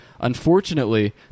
Unfortunately